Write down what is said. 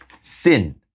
sin